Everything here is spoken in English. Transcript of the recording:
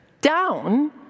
down